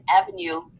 avenue